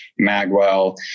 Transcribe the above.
Magwell